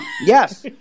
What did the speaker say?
Yes